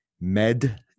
med